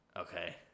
Okay